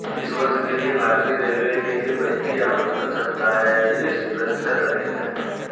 इस वर्ष के लिए भारतीय रेलवे के लिए बजटीय आवंटन सत्ताईस प्रतिशत अधिक है